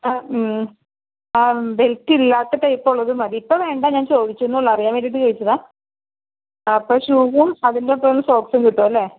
ആ ആ ബെൽറ്റ് ഇല്ലാത്ത ടൈപ്പ് ഉള്ളത് മതി ഇപ്പോൾ വേണ്ട ഞാൻ ചോദിച്ചെന്നേ ഉള്ളൂ അറിയാൻ വേണ്ടിയിട്ട് ചോദിച്ചതാണ് അപ്പോൾ ഷൂവും അതിൻ്റെ ഒപ്പം സോക്സും കിട്ടും അല്ലേ